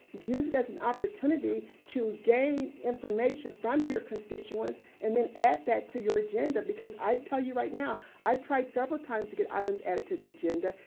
use it as an opportunity to gain information from your constituents and then add that to your agenda. because i'll tell you right now, i've tried several times to get items added to the agenda,